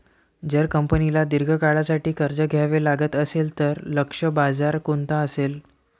जर कंपनीला दीर्घ काळासाठी कर्ज घ्यावे लागत असेल, तर लक्ष्य बाजार कोणता असेल?